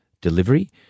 delivery